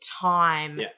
time